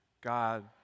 God